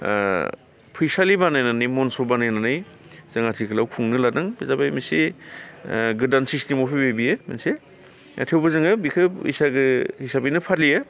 ओ फैसालि बानायनानै मनस' बानायनानै जों आथिखालाव खुंनो लादों बे जाबाय मोनसे ओ गोदान सिसटेमाव फैबाय बियो मोनसे दा थेवबो जोङो बिखो बैसागो हिसाबैनो फालियो